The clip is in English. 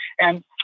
And-